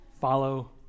follow